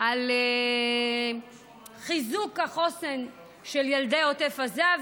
על חיזוק החוסן של ילדי עוטף עזה,